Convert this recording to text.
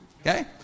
Okay